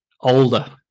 older